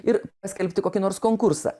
ir paskelbti kokį nors konkursą